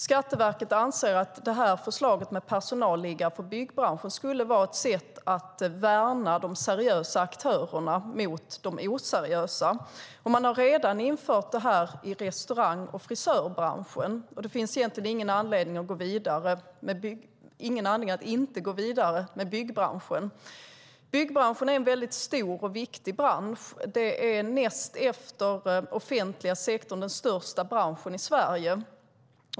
Skatteverket anser att förslaget med personalliggare i byggbranschen skulle vara ett sätt att värna de seriösa aktörerna mot de oseriösa. Man har redan infört detta i restaurangbranschen och frisörbranschen, och det finns egentligen ingen anledning att inte gå vidare med byggbranschen. Byggbranschen är stor och viktig. Näst efter den offentliga sektorn är det den största branschen i Sverige.